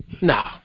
Nah